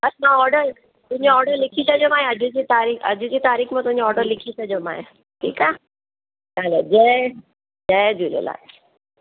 बसि न ऑडर तुंहिंजो ऑडर लिखी छॾियोमांइ अॼु जी तारीख़ अॼु जी तारीख़ में तुंहिंजो ऑडर लिखी छॾियोमांइ ठीकु आहे हलो जय जय झूलेलाल